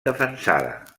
defensada